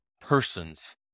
person's